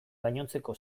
gainontzeko